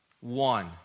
one